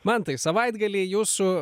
mantai savaitgalį jūsų